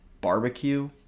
Barbecue